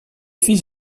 fils